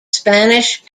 spanish